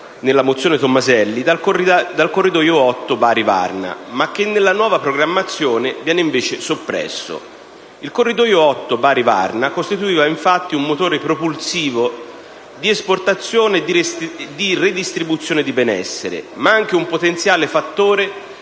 nella mozione Tomaselli, dal corridoio 8 Bari-Varna, che nella nuova programmazione viene invece soppresso. Il corridoio 8 Bari-Varna costituiva un motore propulsivo di esportazione e di redistribuzione di benessere, ma anche un potenziale fattore